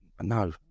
no